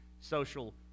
social